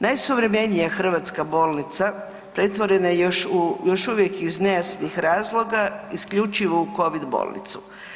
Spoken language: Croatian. Najsuvremenija hrvatska bolnica pretvorena je još uvijek iz nejasnih razloga isključivo u Covid bolnicu.